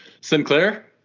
Sinclair